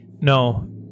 No